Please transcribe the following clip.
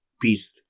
beast